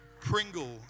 Pringle